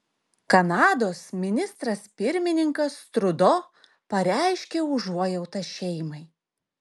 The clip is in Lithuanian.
kanados ministras pirmininkas trudo pareiškė užuojautą šeimai